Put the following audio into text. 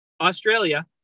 Australia